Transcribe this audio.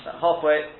halfway